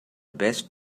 best